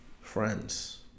friends